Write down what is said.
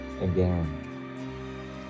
again